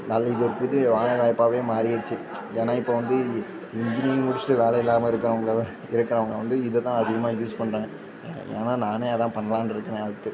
நல்ல இது ஒரு புது வேலைவாய்ப்பாகவே மாறிருச்சு ஏன்னால் இப்போ வந்து இன்ஜினியரிங் முடிச்சுட்டு வேலை இல்லாமல் இருக்கிறவங்கள இருக்கிறவங்க வந்து இதை தான் அதிகமாக யூஸ் பண்ணுறாங்க ஏன்னால் நானே அதான் பண்ணலாம்னு இருக்கிறேன் அடுத்து